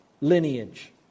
lineage